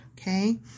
Okay